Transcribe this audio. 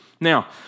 Now